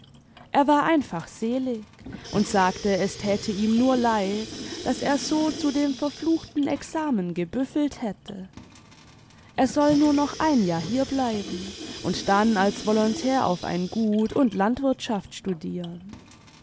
er war einfach selig und sagte es täte ihm nur leid daß er so zu dem verfluchten examen gebüffelt hätte er soll nur noch iein jahr hierbleiben imd dann als volontär auf ein gut und landwirtschaft studieren